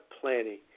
planning